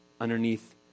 underneath